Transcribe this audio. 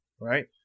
right